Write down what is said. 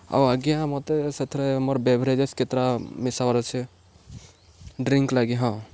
ଆଉ ଆଜ୍ଞା ମତେ ସେଥିରେ ମୋର୍ ବେଭରେଜେସ୍ କେତେଟା ମିଶାବାର୍ ଅଛେ ଡ୍ରିଙ୍କ୍ ଲାଗି ହଁ